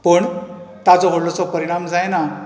पण ताजो व्हडलोसो परीणाम जायना